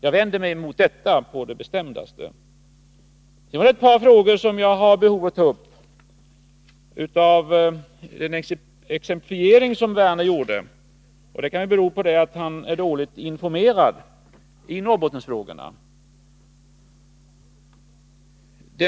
Jag har också behov av att ta upp två frågor i den exemplifiering som Lars Werner gjorde. Det kan bero på att han är dåligt informerad i Norrbottensfrågorna.